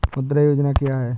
मुद्रा योजना क्या है?